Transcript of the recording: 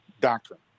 doctrine